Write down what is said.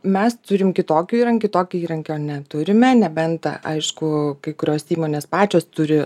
mes turim kitokių įrankių tokio įrankio neturime nebent aišku kai kurios įmonės pačios turi